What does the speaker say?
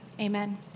amen